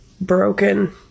broken